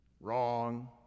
wrong